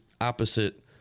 opposite